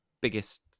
biggest